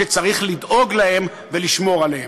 שצריך לדאוג להם ולשמור עליהם.